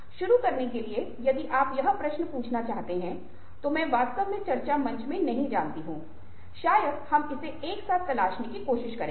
शुरू करने के लिए यदि आप यह प्रश्न पूछना चाहते हैं तो मैं वास्तव में चर्चा मंच में नहीं जानता हूं शायद हम इसे एक साथ तलाशने की कोशिश करेंगे